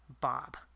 Bob